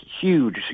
huge